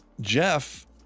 jeff